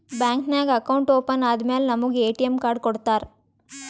bank ನಾಗ್ account open ಆದಮ್ಯಾಲ ನಮುಗ ಎ.ಟಿ.ಎಮ್ ಕಾರ್ಡ್ ಕೊಡ್ತಾರ್